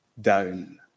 down